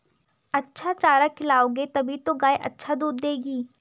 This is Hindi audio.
अच्छा चारा खिलाओगे तभी तो गाय अच्छा दूध देगी